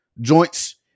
joints